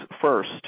first